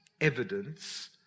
evidence